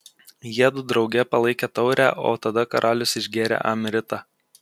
jiedu drauge palaikė taurę o tada karalius išgėrė amritą